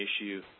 issue